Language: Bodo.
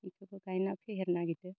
इखोबो गायना फेहेरनो नागिरदो